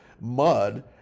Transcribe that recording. mud